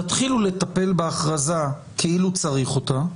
תתחילו לטפל בהכרזה כאילו צריך אותה.